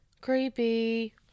Creepy